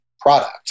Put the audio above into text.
product